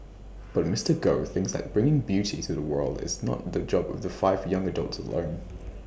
but Mister Goh thinks that bringing beauty to the world is not the job of the five young adults alone